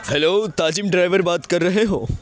hello Tazeem driver بات کر رہے ہو